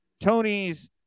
Tony's